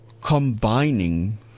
Combining